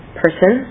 person